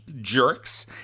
jerks